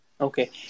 Okay